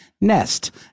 Nest